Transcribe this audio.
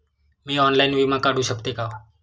मी online विमा काढू शकते का?